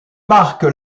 marque